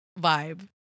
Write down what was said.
vibe